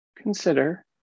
Consider